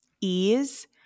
ease